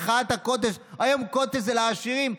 מחאת הקוטג' היום קוטג' זה לעשירים,